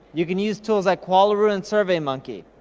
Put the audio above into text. you can use tools like qualaroo and survey monkey,